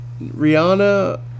Rihanna